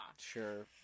Sure